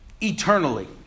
eternally